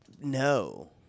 No